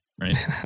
right